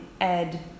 Ed